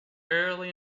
early